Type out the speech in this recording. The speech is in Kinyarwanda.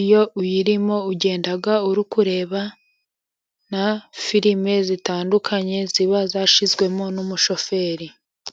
iyo uyirimo ugenda uri kureba na filime zitandukanye, ziba zashyizwemo n'umushoferi.